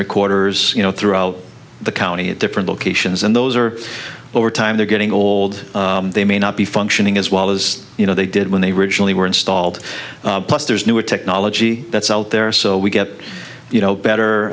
recorders you know throughout the county at different locations and those are over time they're getting old they may not be functioning as well as you know they did when they were originally were installed plus there's newer technology that's out there so we get a you know better